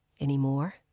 anymore